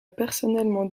personnellement